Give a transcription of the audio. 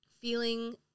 feeling